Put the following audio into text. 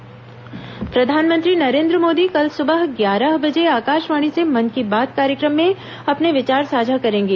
मन की बात प्रधानमंत्री नरेन्द्र मोदी कल सुबह ग्यारह बजे आकाशवाणी से मन की बात कार्यक्रम में अपने विचार साझा करेंगे